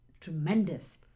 tremendous